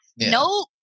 No